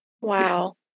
Wow